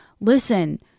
listen